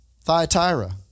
Thyatira